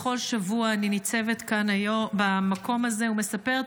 בכל שבוע אני ניצבת כאן במקום הזה ומספרת